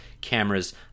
cameras